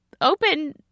open